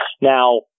now